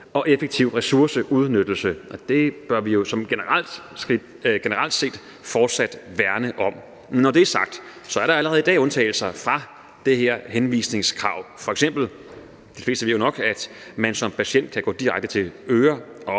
en effektiv ressourceudnyttelse, og det bør vi jo sådan generelt set fortsat værne om. Men når det er sagt, er der allerede i dag undtagelser fra det her henvisningskrav. F.eks. ved de fleste jo nok, at man som patient kan gå direkte til en